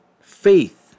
Faith